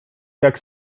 jak